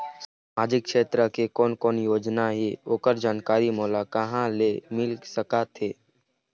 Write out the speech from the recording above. सामाजिक क्षेत्र के कोन कोन योजना हे ओकर जानकारी मोला कहा ले मिल सका थे?